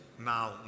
now